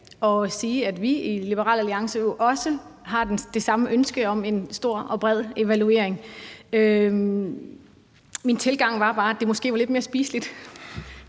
og sige, at vi i Liberal Alliance jo også har det samme ønske om en stor og bred evaluering. Min tilgang var bare, at det måske var lidt mere spiseligt